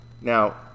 now